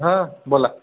हां बोला